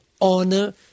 Honor